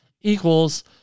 equals